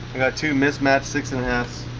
got two mismatched six and s